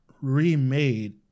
remade